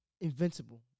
invincible